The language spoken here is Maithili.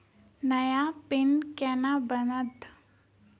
नया पिन केना बनत?